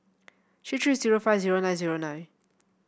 three three zero five zero nine zero nine